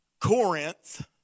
Corinth